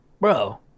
bro